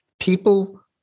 people